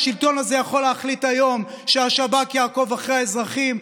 השלטון הזה יכול להחליט היום שהשב"כ יעקוב אחרי האזרחים,